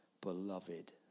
beloved